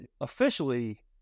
officially